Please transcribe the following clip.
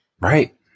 right